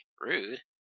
Rude